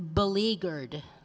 beleaguered